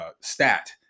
stat